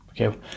okay